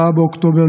4 באוקטובר,